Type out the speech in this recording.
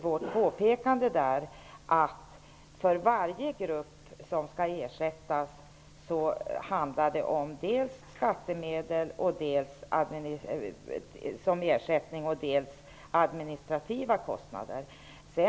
Vårt påpekande är att det för varje grupp som skall ersättas handlar om dels skattemedel som ersättning, dels administrativa kostnader.